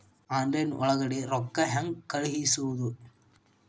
Online ಒಳಗಡೆ ರೊಕ್ಕ ಹೆಂಗ್ ಕಳುಹಿಸುವುದು?